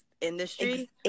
industry